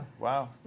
wow